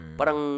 Parang